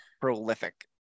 prolific